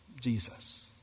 Jesus